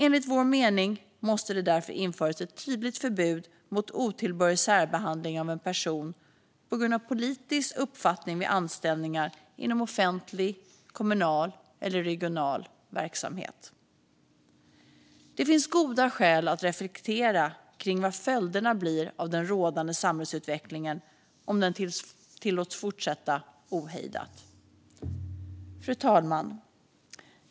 Enligt vår mening måste det därför införas ett tydligt förbud mot otillbörlig särbehandling av en person på grund av politisk uppfattning vid anställningar inom offentlig, kommunal eller regional verksamhet. Det finns goda skäl att reflektera kring vad följderna blir av den rådande samhällsutvecklingen om den tillåts fortsätta ohejdat. Fru talman!